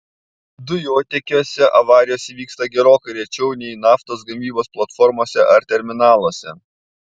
dujotiekiuose avarijos įvyksta gerokai rečiau nei naftos gavybos platformose ar terminaluose